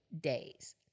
days